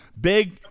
Big